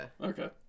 Okay